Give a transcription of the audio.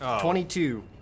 Twenty-two